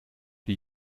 die